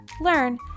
learn